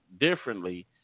differently